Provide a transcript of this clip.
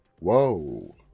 Whoa